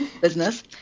business